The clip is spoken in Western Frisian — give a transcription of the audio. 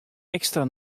ekstra